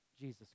Jesus